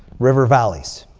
river valleys?